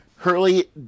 Hurley